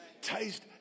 Taste